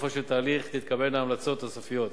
בסופו של תהליך תתקבלנה המסקנות הסופיות.